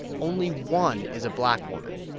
only one is a black woman.